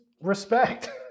respect